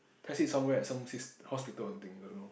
test it somewhere at some sys~ hospital or something don't know